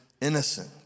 innocent